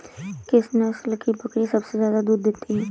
किस नस्ल की बकरी सबसे ज्यादा दूध देती है?